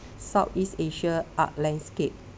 southeast asia art landscape